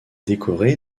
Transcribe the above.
décoré